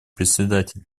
председатель